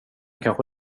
kanske